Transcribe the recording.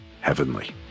heavenly